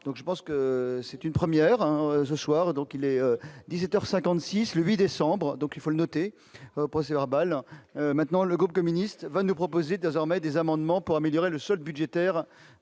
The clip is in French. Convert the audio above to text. donc je pense que c'est une première, hein, ce soir, donc il est 17 heures 56 le 8 décembre donc, il faut le noter procès-verbal maintenant, le groupe communiste va nous proposer désormais des amendements pour améliorer le solde budgétaire